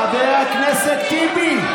חבר הכנסת טיבי.